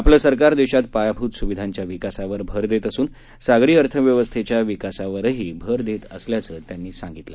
आपलं सरकार देशात पायाभूत सुविधांच्या विकासावर भर देत असून सागरी अर्थव्यवस्थेच्या विकासावरही भर देत असल्याचं त्यांनी सांगितलं